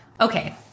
Okay